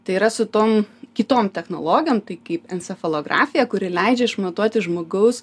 tai yra su tom kitom technologijom tai kaip encefalografija kuri leidžia išmatuoti žmogaus